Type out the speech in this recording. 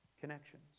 connections